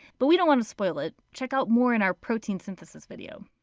but we don't want to spoil it check out more in our protein synthesis video.